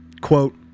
Quote